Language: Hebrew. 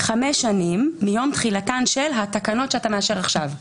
חמש שנים מיום תחילתן של התקנות שאתה מאשר עכשיו.